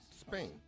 Spain